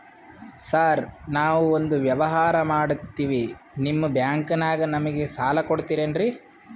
Sir ನಾವು ಒಂದು ವ್ಯವಹಾರ ಮಾಡಕ್ತಿವಿ ನಿಮ್ಮ ಬ್ಯಾಂಕನಾಗ ನಮಿಗೆ ಸಾಲ ಕೊಡ್ತಿರೇನ್ರಿ?